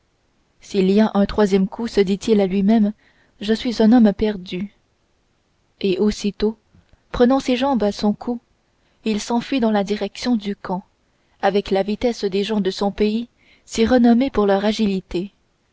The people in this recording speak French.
s'il y a un troisième coup se dit-il je suis un homme perdu et aussitôt prenant ses jambes à son cou il s'enfuit dans la direction du camp avec la vitesse des gens de son pays si renommés pour leur agilité